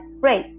great